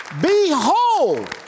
Behold